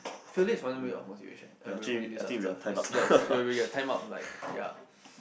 failure is one way of motivation and will continue this after it's ya it's will get time up like ya